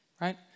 right